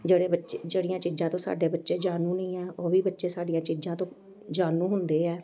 ਜਿਹੜੇ ਬੱਚੇ ਜਿਹੜੀਆਂ ਚੀਜ਼ਾਂ ਤੋਂ ਸਾਡੇ ਬੱਚੇ ਜਾਣੂ ਨਹੀਂ ਹੈ ਉਹ ਵੀ ਬੱਚੇ ਸਾਡੀਆਂ ਚੀਜ਼ਾਂ ਤੋਂ ਜਾਣੂ ਹੁੰਦੇ ਹੈ